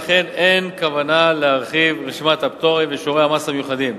ולכן אין כוונה להרחיב את רשימת הפטורים ושיעורי המס המיוחדים.